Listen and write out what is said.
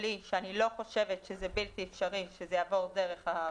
היא שאני לא חושבת שזה בלתי אפשרי שזה יעבור דרך הרשות.